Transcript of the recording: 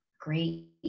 great